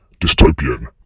dystopian